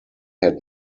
had